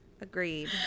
agreed